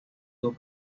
dos